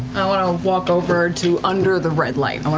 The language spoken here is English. i want to walk over to under the red light,